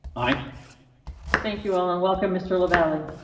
i thank you all and welcome mr lavalley.